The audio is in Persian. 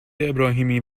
ابراهیمی